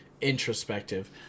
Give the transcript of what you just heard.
introspective